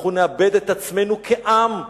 אנחנו נאבד את עצמנו כעם,